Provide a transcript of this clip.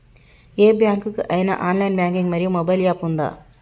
ఏ bank కి ఐనా online banking మరియు మొబైల్ యాప్ ఉందా?